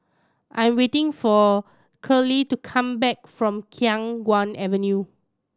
I am waiting for Keeley to come back from Khiang Guan Avenue